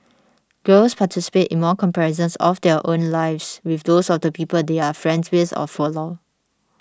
girls participate in more comparisons of their own lives with those of the people they are friends with or follow